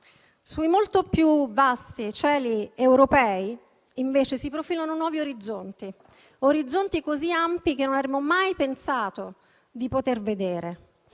sui molto più vasti cieli europei invece si profilano nuovi orizzonti, così ampi che non avremmo mai pensato di poter vedere.